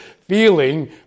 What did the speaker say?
feeling